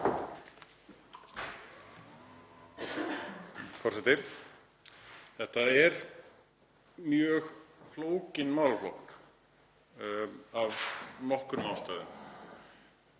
Þetta er mjög flókinn málaflokkur af nokkrum ástæðum.